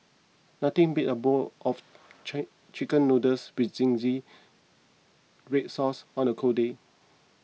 nothing beats a bowl of chi Chicken Noodles with Zingy Red Sauce on a cold day